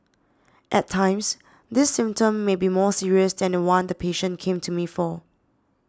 at times this symptom may be more serious than the one the patient came to me for